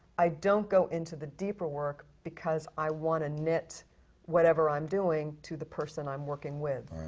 i don't go into the deeper work because i want to knit whatever i'm doing to the person i'm working with.